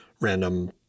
random